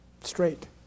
straight